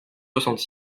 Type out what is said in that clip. soixante